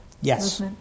Yes